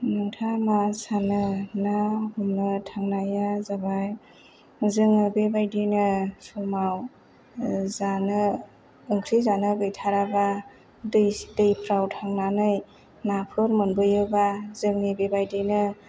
नोंथाङा मा सानो ना हमनो थांनाया जाबाय जोङो बेबादिनो समाव जानो ओंख्रि जानो गैथाराब्ला दै दैफ्राव थांनानै नाफोर मोनबोयोबा जोंनि बिबादिनो